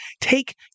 take